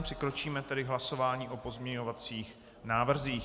Přikročíme tedy k hlasování o pozměňovacích návrzích.